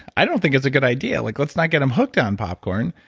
i don't think it's a good idea. like let's not get them hooked on popcorn.